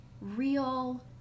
real